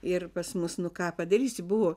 ir pas mus nu ką padarysi buvo